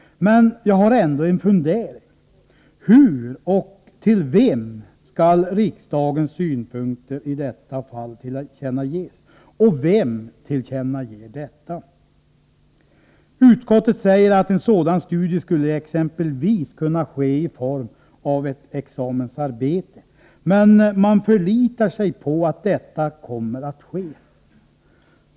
Men jag har ändå en fundering. Hur, och till vem, skall riksdagens synpunkter i detta fall tillkännages? Och vem tillkännager detta? Utskottet skriver att en studie skulle kunna göras exempelvis i form av ett examensarbete, och man förlitar sig på att detta kommer att ske.